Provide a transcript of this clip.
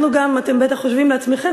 אתם בטח חושבים לעצמכם,